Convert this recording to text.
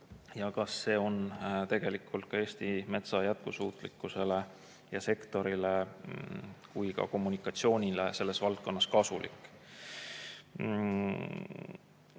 ja kas see on Eesti metsa jätkusuutlikkusele, sektorile ja ka kommunikatsioonile selles valdkonnas kasulik?